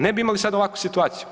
Ne bi imali sada ovakvu situaciju.